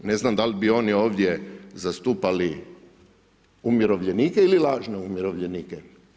Ne znam dal bi oni ovdje zastupali umirovljenike ili lažne umirovljenike.